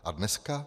A dneska?